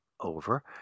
over